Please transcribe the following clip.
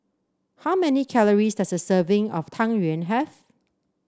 how many calories does a serving of Tang Yuen have